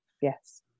Yes